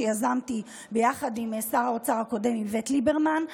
שיזמתי יחד עם שר האוצר הקודם איווט ליברמן.